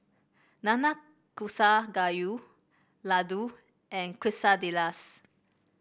Nanakusa Gayu Ladoo and Quesadillas